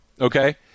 okay